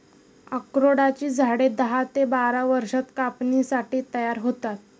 अक्रोडाची झाडे दहा ते बारा वर्षांत कापणीसाठी तयार होतात